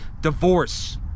divorce